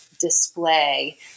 display